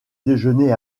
déjeuner